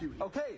Okay